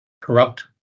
corrupt